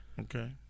Okay